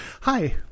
Hi